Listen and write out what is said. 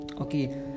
okay